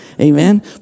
Amen